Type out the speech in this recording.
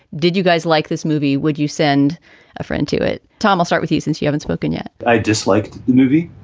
did you guys like this movie? would you send a friend to it? tom, i'll start with you, since you haven't spoken yet i dislike the movie.